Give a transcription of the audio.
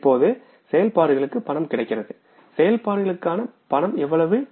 இப்போது செயல்பாடுகளுக்கு ரொக்கம் கிடைக்கிறது செயல்பாடுகளுக்கு ரொக்கம் எவ்வளவு